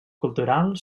cultural